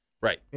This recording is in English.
Right